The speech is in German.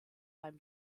beim